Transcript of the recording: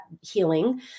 healing